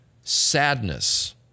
sadness